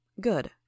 Good